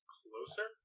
closer